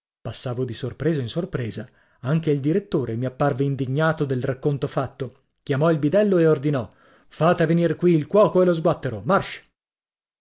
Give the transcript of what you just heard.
passavo di sorpresa in sorpresa anche il direttore mi apparve indignato del racconto fatto chiamò il bidello e ordinò fate venir qui il cuoco e lo sguattero march